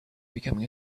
becoming